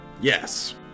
Yes